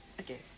Okay